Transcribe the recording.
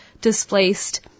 displaced